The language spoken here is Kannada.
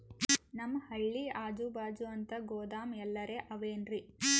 ನಮ್ ಹಳ್ಳಿ ಅಜುಬಾಜು ಅಂತ ಗೋದಾಮ ಎಲ್ಲರೆ ಅವೇನ್ರಿ?